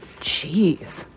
Jeez